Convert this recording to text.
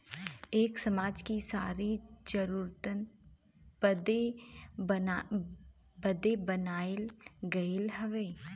एक समाज कि सारी जरूरतन बदे बनाइल गइल हउवे